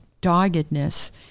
doggedness